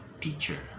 teacher